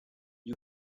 you